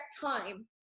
time